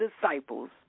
disciples